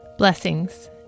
Blessings